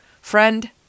friend